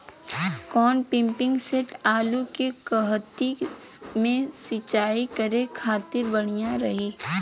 कौन pumping set आलू के कहती मे सिचाई करे खातिर बढ़िया रही?